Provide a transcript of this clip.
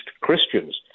Christians